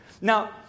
Now